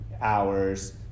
hours